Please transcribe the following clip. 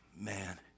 man